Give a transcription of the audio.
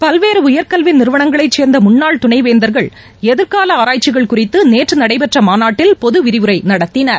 பல்வேறு உயர் கல்வி நிறுவனங்களைச் சேர்ந்த முன்னாள் துணைவேந்தர்கள் எதிர்கால ஆராய்ச்சிகள் குறித்து நேற்று நடைபெற்ற மாநாட்டில் பொது விரிவுரை நடத்தினர்